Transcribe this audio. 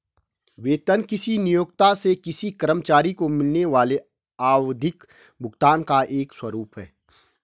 वेतन किसी नियोक्ता से किसी कर्मचारी को मिलने वाले आवधिक भुगतान का एक स्वरूप है